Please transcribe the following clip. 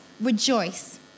rejoice